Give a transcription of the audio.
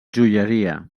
joieria